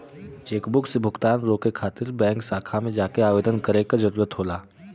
chequebook से भुगतान रोके खातिर बैंक शाखा में जाके आवेदन करे क जरुरत होला